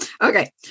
Okay